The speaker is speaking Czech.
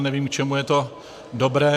Nevím, k čemu je to dobré.